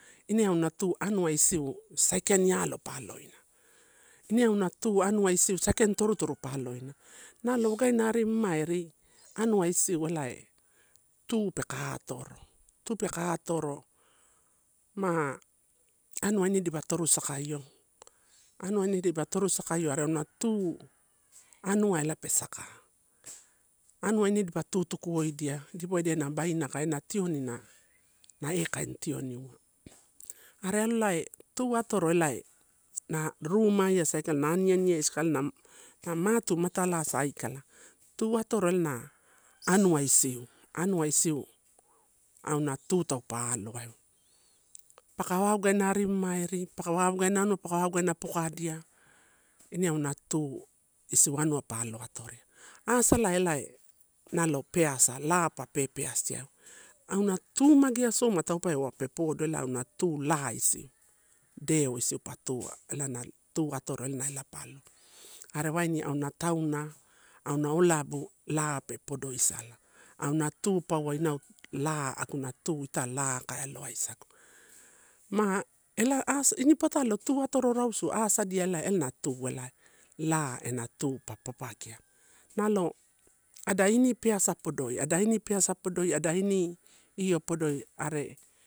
Ine auna tu anua isiu sai keaini alo pa aaloina. Ine auna tu anua isiu sai kaini torutoru pa aloina nalo wagaini arimamaeri anua isiu alai tupeka atoro. Tu peka atoro ma anua ine dipa torusakaio, anua ine dipa torusakaio are anua tu anua la pe saka. Anua ine dipa tutukuoedia dipa uwo idena baina aka na tioni na na ekaini tioni uwa. Are alolai tu atoro elai na rumai asa aikala aniani e sakala amatu matalai e saikala. Tu atoro ela na anua isiu, anua isiu auna tu taupe aloa au. Paka wawaganai ari mamari, paka waga anua paka wagana poka dia ine auna tu isiu anua pa alo atoria. Asalailai nalo peasa, la pa pepeusiaeu. Auna tu magea soma taupeua pe podo elauna tu laesi. Deo isiu pa tu ala na tuatoro elna la pa aloa. Are waini auna tauna auna olabu la pe podo isala. Auna tu paua inau la aguna tu ita la ka aloaisa. Ma ela as ini patalo tuatoro rausua sadia lai elna tualai la ena tupa papaikea. Nalo adaini peasa podoia daini peasa podoi adaini podoi ade.